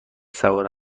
سوار